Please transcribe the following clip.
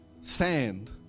sand